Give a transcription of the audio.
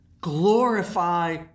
glorify